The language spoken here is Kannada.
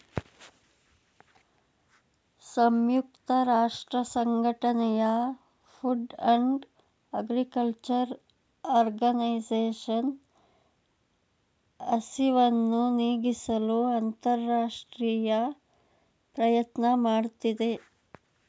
ಸಂಯುಕ್ತ ರಾಷ್ಟ್ರಸಂಘಟನೆಯ ಫುಡ್ ಅಂಡ್ ಅಗ್ರಿಕಲ್ಚರ್ ಆರ್ಗನೈಸೇಷನ್ ಹಸಿವನ್ನು ನೀಗಿಸಲು ಅಂತರರಾಷ್ಟ್ರೀಯ ಪ್ರಯತ್ನ ಮಾಡ್ತಿದೆ